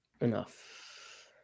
enough